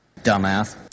Dumbass